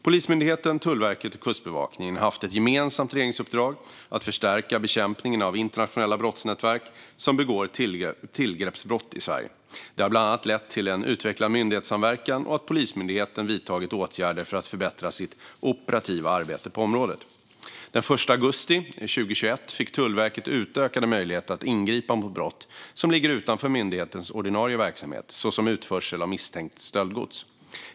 Polismyndigheten, Tullverket och Kustbevakningen har haft ett gemensamt regeringsuppdrag att förstärka bekämpningen av internationella brottsnätverk som begår tillgreppsbrott i Sverige. Det har bland annat lett till en utvecklad myndighetssamverkan och att Polismyndigheten vidtagit åtgärder för att förbättra sitt operativa arbete på området. Den 1 augusti 2021 fick Tullverket utökade möjligheter att ingripa mot brott som ligger utanför myndighetens ordinarie verksamhet, såsom utförsel av misstänkt stöldgods.